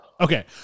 Okay